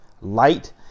light